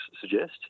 suggest